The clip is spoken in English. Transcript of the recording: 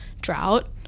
drought